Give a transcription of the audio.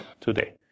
today